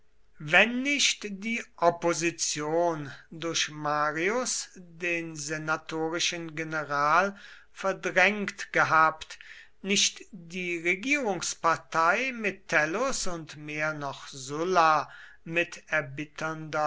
wenn nicht die opposition durch marius den senatorischen general verdrängt gehabt nicht die regierungspartei metellus und mehr noch sulla mit